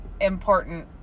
important